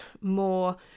more